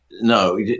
No